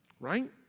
Right